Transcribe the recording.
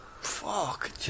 fuck